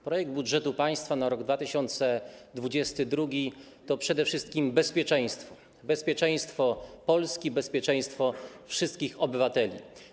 Projekt budżetu państwa na rok 2022 to przede wszystkim bezpieczeństwo - bezpieczeństwo Polski, bezpieczeństwo wszystkich obywateli.